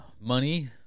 money